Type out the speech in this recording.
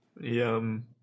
Yum